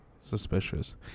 suspicious